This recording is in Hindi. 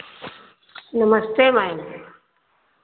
नमस्ते मैम